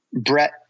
Brett